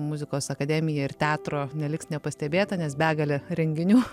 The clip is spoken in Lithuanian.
muzikos akademija ir teatro neliks nepastebėta nes begalė renginių